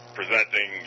presenting